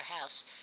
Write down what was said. house